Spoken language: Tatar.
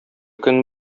көн